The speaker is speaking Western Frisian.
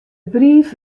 brief